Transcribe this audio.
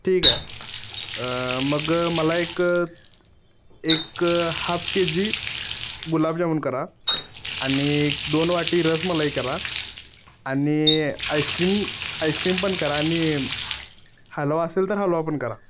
ठीक आहे मग मला एक एक हाफ के जी गुलाबजामुन करा आणि दोन वाटी रसमलाई करा आणि आईस्क्रीम आईस्क्रीम पण करा आणि हलवा असेल तर हलवा पण करा